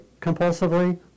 compulsively